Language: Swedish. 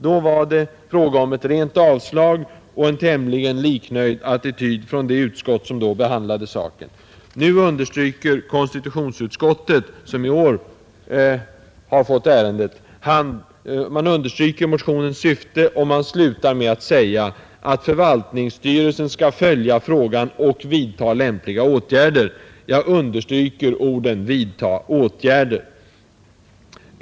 Då var det fråga om ett rent avstyrkande och en tämligen liknöjd attityd från det utskott som behandlade saken. Nu instämmer konstitutionsutskottet, som i år har fått ärendet, med motionens syfte och slutar med att säga att förvaltningsstyrelsen skall följa frågan och vidta lämpliga åtgärder, jag understryker orden vidta åtgärder.